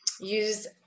Use